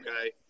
okay